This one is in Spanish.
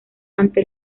ante